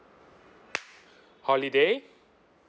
holiday